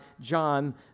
John